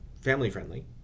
family-friendly